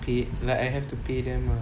paid like I have to pay them ah